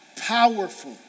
Powerful